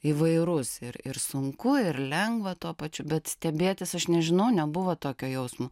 įvairus ir ir sunku ir lengva tuo pačiu bet stebėtis aš nežinau nebuvo tokio jausmo